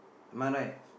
am I right